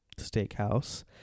steakhouse